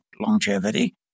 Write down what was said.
longevity